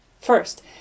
First